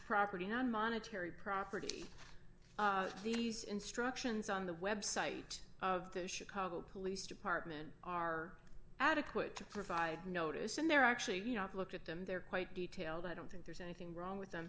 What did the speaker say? property non monetary property these instructions on the website of the chicago police department are adequate to provide notice and they're actually you know i've looked at them they're quite detailed i don't think there's anything wrong with them